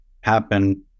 happen